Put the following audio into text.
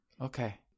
Okay